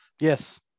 Yes